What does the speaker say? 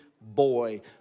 boy